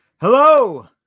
Hello